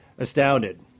Astounded